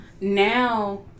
now